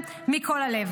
מה זה הדבר הזה?